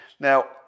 Now